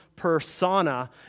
persona